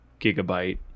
gigabyte